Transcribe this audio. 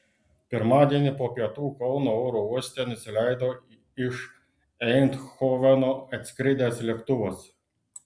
pirmadienį po pietų kauno oro uoste nusileido iš eindhoveno atskridęs lėktuvas